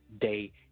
day